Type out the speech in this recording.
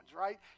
right